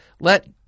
Let